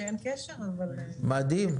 שמי טליה, אני מנהלת המדיה של לפ"ם.